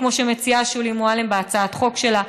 כפי שמציעה שולי מועלם בהצעת החוק שלה,